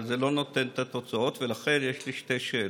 אבל זה לא נותן את התוצאות ולכן יש לי שתי שאלות.